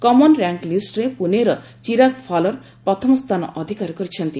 common rank ଲିଷ୍ଟରେ ପୁନେର ଚିରାଗ ଫାଲୋର ପ୍ରଥମସ୍ତାନ ଅଧିକାର କରିଛନ୍ତି